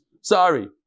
sorry